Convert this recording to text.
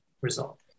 result